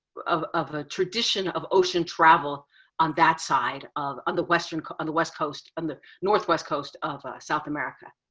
of of a tradition of ocean travel on that side of on the western, on the west coast, on the northwest coast of south america.